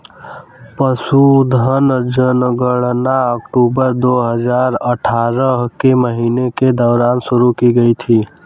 पशुधन जनगणना अक्टूबर दो हजार अठारह के महीने के दौरान शुरू की गई थी